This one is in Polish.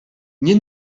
nie